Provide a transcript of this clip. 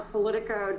Politico